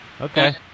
Okay